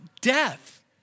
death